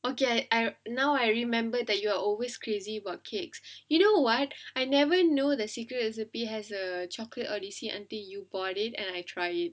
okay uh now I remember that you are always crazy about cakes you know what I never know the Secret Recipe has a chocolate odyssey until you bought it and I try it